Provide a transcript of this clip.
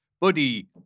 Buddy